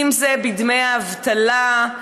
אם זה בדמי האבטלה,